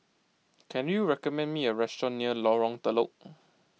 can you recommend me a restaurant near Lorong Telok